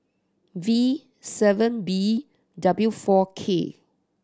V seven B W four K